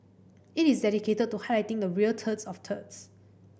it is dedicated to highlighting the real turds of turds